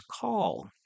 call